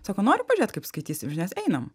sako nori pažiūrėt kaip skaitysiu žinias einam